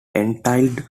entitled